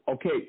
Okay